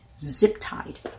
zip-tied